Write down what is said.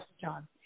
John